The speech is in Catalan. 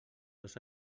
dos